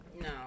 no